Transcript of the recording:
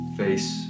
face